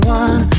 one